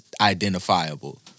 identifiable